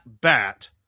bat